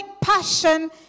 passion